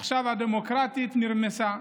עכשיו, ה"דמוקרטית" נרמסה,